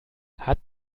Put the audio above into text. hat